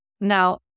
Now